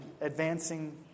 advancing